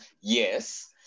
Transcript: yes